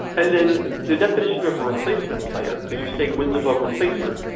and then the definition of a replacement player cause you're saying wins above replacement.